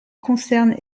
concernent